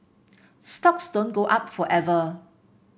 stocks don't go up forever